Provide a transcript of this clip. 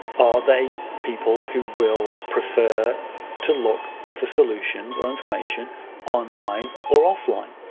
are they people who will prefer to look for solutions or information online or offline?